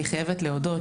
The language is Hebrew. אני חייבת להודות,